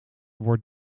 wordt